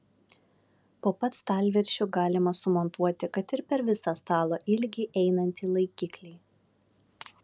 po pat stalviršiu galima sumontuoti kad ir per visą stalo ilgį einantį laikiklį